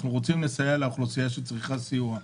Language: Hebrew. אנחנו רוצים לסייע לאוכלוסייה שצריכה סיוע.